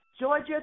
Georgia